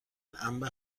انبه